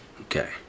Okay